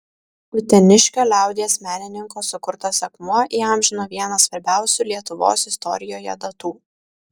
uteniškio liaudies menininko sukurtas akmuo įamžino vieną svarbiausių lietuvos istorijoje datų